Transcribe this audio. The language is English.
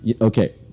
Okay